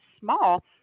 small